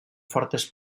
fortes